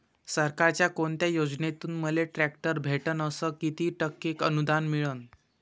सरकारच्या कोनत्या योजनेतून मले ट्रॅक्टर भेटन अस किती टक्के अनुदान मिळन?